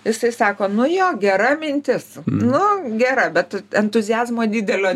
jisai sako nu jo gera mintis nu gera bet entuziazmo didelio